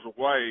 away